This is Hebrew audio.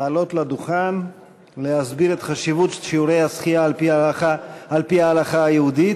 לעלות לדוכן ולהסביר את חשיבות שיעורי השחייה על-פי ההלכה היהודית.